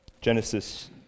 Genesis